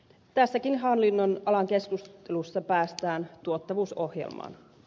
tässäkin hallinnonalan keskusteluin päästään tuottavuusohjelmaan